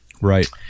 Right